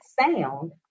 sound